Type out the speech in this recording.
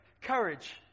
courage